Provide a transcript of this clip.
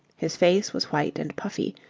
his face was white and puffy,